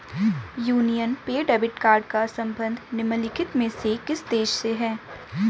Union pay debit card का संबंध निम्नलिखित में से किस देश से है?